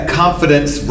confidence